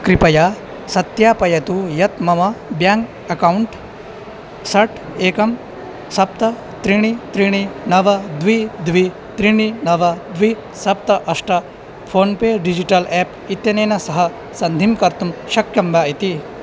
कृपया सत्यापयतु यत् मम ब्याङ्क् अकौण्ट् षट् एकं सप्त त्रीणि त्रीणि नव द्वि द्वि त्रीणि नव द्वि सप्त अष्ट फ़ोन्पे डिजिटल् एप् इत्यनेन सह सन्धिं कर्तुं शक्यं वा इति